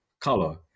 color